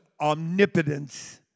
omnipotence